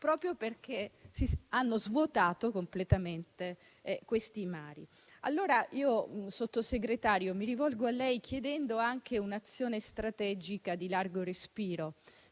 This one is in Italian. proprio perché hanno svuotato completamente questi mari. Signor Sottosegretario, mi rivolgo a lei, chiedendo anche un'azione strategica di ampio respiro.